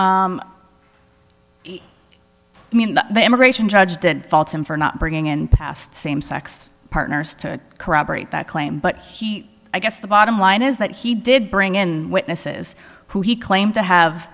homophobe i mean the immigration judge did fault him for not bringing in past same sex partners to corroborate that claim but i guess the bottom line is that he did bring in witnesses who he claimed to have